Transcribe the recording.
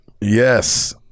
yes